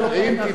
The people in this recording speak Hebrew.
טוב, בסדר גמור.